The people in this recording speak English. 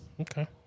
Okay